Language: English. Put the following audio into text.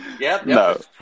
no